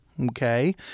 Okay